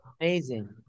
Amazing